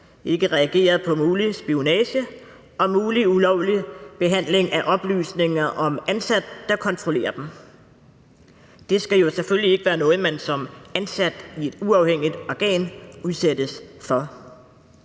på reaktion af mulig spionage og mulig ulovlig behandling af oplysninger om en ansat, der kontrollerer dem. Det skal jo selvfølgelig ikke være noget, man som ansat i et uafhængigt organ udsættes for.